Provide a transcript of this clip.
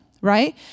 right